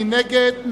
מי נגד?